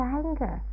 anger